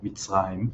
מצרים,